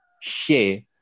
share